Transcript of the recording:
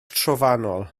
trofannol